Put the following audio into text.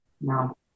no